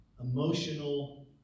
emotional